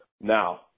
now